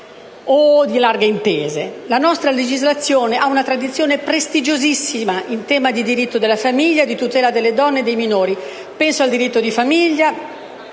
La nostra legislazione ha una tradizione prestigiosissima in tema di diritto di famiglia, di tutela delle donne e dei minori. Penso al diritto di famiglia,